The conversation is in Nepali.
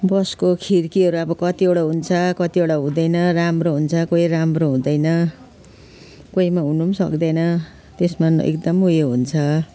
बसको खिर्कीहरू अब कतिवटा हुन्छ कतिवटा हुँदैन राम्रो हुन्छ कोही राम्रो हुँदैन कोहीमा हुनु पनि सक्दैन त्यसमा एकदम उयो हुन्छ